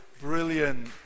brilliant